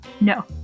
No